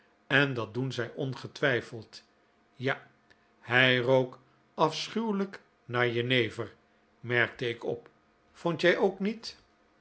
en dat doen zij ongetwijfeld ja hij rook afschuwelijk naar jenever merkte ik op vond jij ookniet